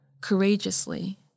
courageously